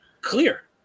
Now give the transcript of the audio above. Clear